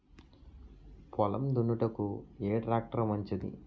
పొలం దున్నుటకు ఏ ట్రాక్టర్ మంచిది?